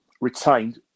retained